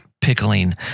pickling